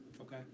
Okay